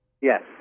Yes